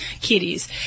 kitties